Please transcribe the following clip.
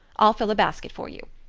i'll fill a basket for you.